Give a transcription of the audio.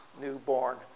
newborn